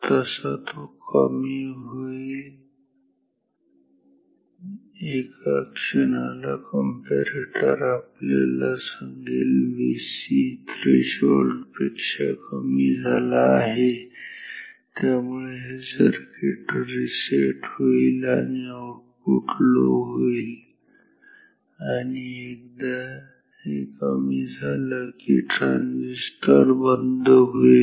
तसा तो कमी होईल एका क्षणाला कंपॅरेटर आपल्याला सांगेल Vc थ्रेशोल्ड पेक्षा कमी झाला आहे त्यामुळे हे सर्किट रिसेट होईल आणि आऊटपुट लो होईल आणि एकदा ही कमी झाली की हा ट्रांजिस्टर बंद होईल